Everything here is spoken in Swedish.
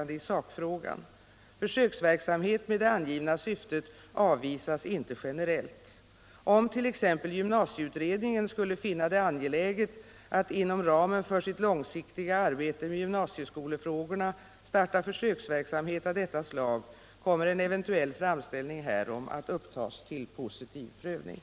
Då frågan är av betydande räckvidd för de arbetande och utställande konstnärerna och den aktuella kultursituationen, hemställs om utbildningsministerns svar på följande fråga: